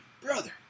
brother